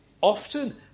often